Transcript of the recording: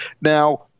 Now